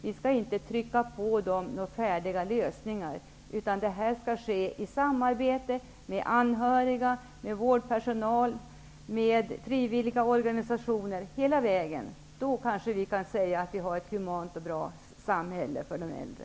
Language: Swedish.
Vi skall inte ''trycka på'' dem några färdiga lösningar, utan det här arbetet skall ske i samarbete med anhöriga, vårdpersonal, frivilliga organisationer och andra. Först då kan vi kanske säga att vi har ett humant och bra samhälle för de äldre.